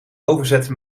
overzetten